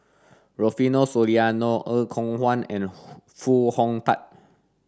Rufino Soliano Er Kwong Wah and Hoo Foo Hong Tatt